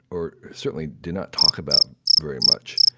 or certainly, did not talk about very much.